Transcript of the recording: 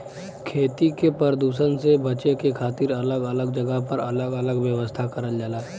खेती के परदुसन से बचे के खातिर अलग अलग जगह पर अलग अलग व्यवस्था करल जाला